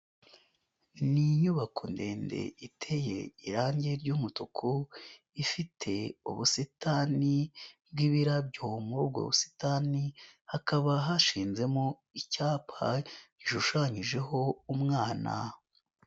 Ni inyubako ndende iteye irange ry'umutuku, ifite ubusitani n'ibirabyo muri ubwo busitani, hakaba hashizemo icyapa gishushanyijeho umwana.